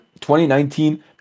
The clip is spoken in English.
2019